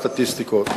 אלא הסטטיסטיקות.